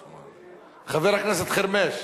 מס נוסף על עמותות שנאבקות למען זכויות אדם,